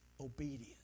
obedience